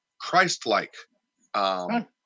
Christ-like